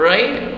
Right